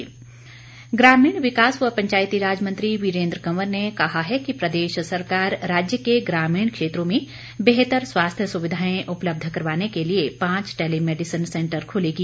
वीरेन्द्र कंवर ग्रामीण विकास व पंचायतीराज मंत्री वीरेन्द्र कंवर ने कहा है कि प्रदेश सरकार राज्य के ग्रामीण क्षेत्रों में बेहतर स्वास्थ्य सुविधाएं उपलब्ध करवाने के लिए पांच टेलीमैडिसन सेंटर खोलेगी